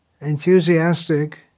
enthusiastic